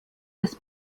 des